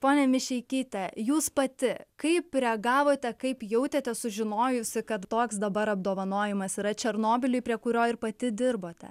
ponia mišeikyte jūs pati kaip reagavote kaip jautėtės sužinojusi kad toks dabar apdovanojimas yra černobyliui prie kurio ir pati dirbote